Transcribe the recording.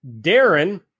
Darren